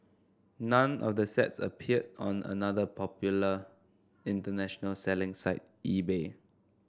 none of the sets appeared on another popular international selling site eBay